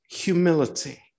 humility